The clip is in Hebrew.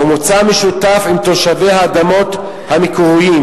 או מוצא משותף עם תושבי האדמות המקוריים,